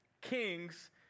Kings